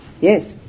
yes